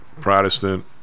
Protestant